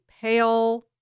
pale